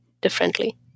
differently